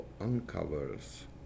uncovers